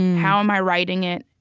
how am i writing it?